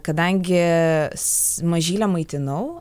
kadangi mažylę maitinau